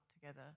together